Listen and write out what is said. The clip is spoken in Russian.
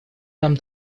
нам